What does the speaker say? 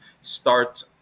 start